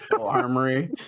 armory